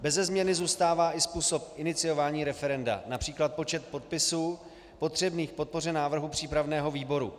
Beze změny zůstává i způsob iniciování referenda, např. počet podpisů potřebných k podpoře návrhu přípravného výboru.